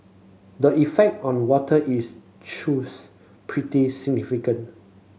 the effect on water is truth pretty significant